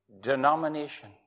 denomination